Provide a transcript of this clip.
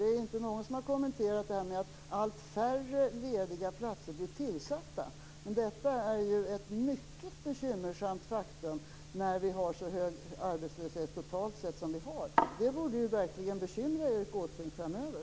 Det är ingen som har kommenterat detta med att allt färre lediga platser blir tillsatta, men det är ju ett mycket bekymmersamt faktum när vi har så hög arbetslöshet totalt sett som vi har. Det borde verkligen bekymra Erik Åsbrink framöver.